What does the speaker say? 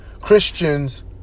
Christians